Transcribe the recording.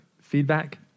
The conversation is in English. feedback